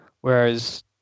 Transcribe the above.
whereas